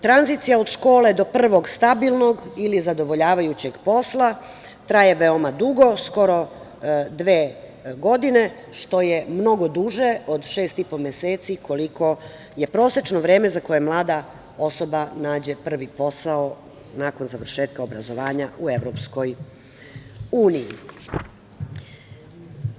Tranzicija od škole do prvog stabilnog ili zadovoljavajućeg posla traje veoma dugo, skoro dve godine, što je mnogo duže od šest i po meseci, koliko je prosečno vreme za koje mlada osoba nađe prvi posao nakon završetka obrazovanja u Evropskoj uniji.